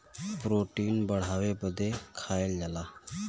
protein बढ़ावे बदे खाएल जाला